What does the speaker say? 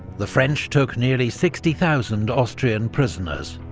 the french took nearly sixty thousand austrian prisoners,